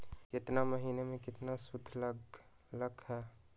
केतना महीना में कितना शुध लग लक ह?